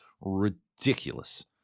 Ridiculous